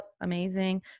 amazing